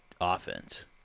offense